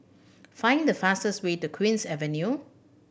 find the fastest way to Queen's Avenue